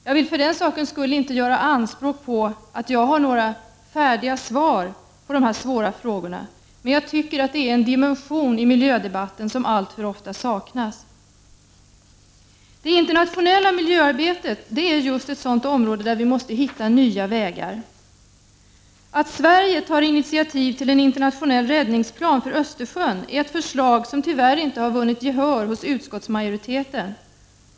Jag vill inte göra anspråk på att ha några färdiga svar på de svåra frågorna, men jag tycker att det är en dimension som alltför ofta saknas i miljödebatten. Det internationella miljöarbetet är just ett sådant område där vi måste hitta nya vägar. Att Sverige tar initiativ till en internationell räddningsplan för Östersjön är ett förslag som tyvärr inte har vunnit gehör hos utskottsmajoriteten.